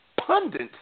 pundit